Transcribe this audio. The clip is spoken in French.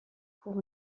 cours